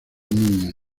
niñas